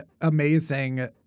amazing